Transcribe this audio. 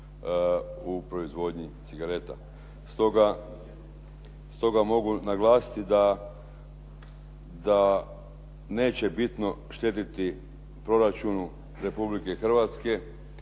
u proizvodnji cigareta. Stoga mogu naglasiti da neće bitno štetiti proračunu Republike Hrvatske